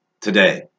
today